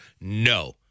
no